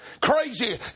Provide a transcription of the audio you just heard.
crazy